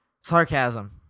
sarcasm